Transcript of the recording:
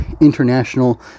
international